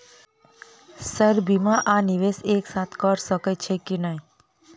Sir बीमा आ निवेश एक साथ करऽ सकै छी की न ई?